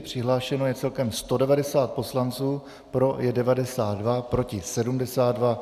Přihlášeno je celkem 190 poslanců, pro je 92, proti 72.